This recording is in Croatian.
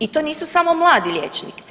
I to nisu samo mladi liječnici.